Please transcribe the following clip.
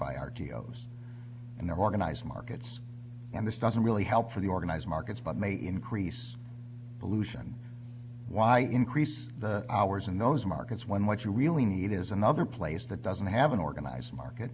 by our geos and their organized markets and this doesn't really help for the organized markets but may increase pollution why increase the hours in those markets when what you really need is another place that doesn't have an organized market